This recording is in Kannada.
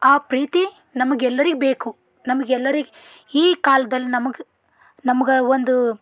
ಆ ಪ್ರೀತಿ ನಮ್ಗೆ ಎಲ್ಲರಿಗೆ ಬೇಕು ನಮ್ಗೆ ಎಲ್ಲರಿಗೆ ಈ ಕಾಲ್ದಲ್ಲಿ ನಮಗೆ ನಮ್ಗೆ ಒಂದು